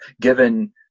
given